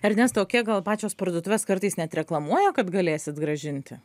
ernesta o kiek gal pačios parduotuvės kartais net reklamuoja kad galėsit grąžinti